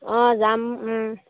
অঁ যাম